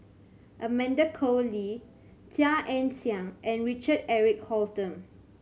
Amanda Koe Lee Chia Ann Siang and Richard Eric Holttum